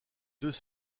deux